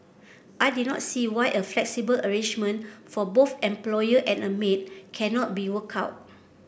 I did not see why a flexible arrangement for both employer and a maid cannot be worked out